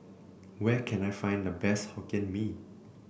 where can I find the best Hokkien Mee